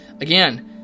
again